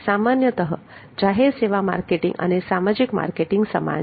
સામાન્યતઃ જાહેર સેવા માર્કેટિંગ અને સામાજિક માર્કેટિંગ સમાન છે